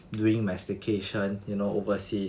doing my staycation you know overseas